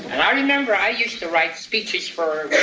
i remember i used to write speeches for